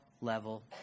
level